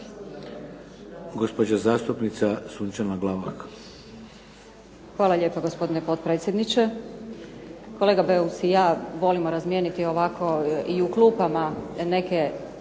gospođa zastupnica Sunčana Glavak.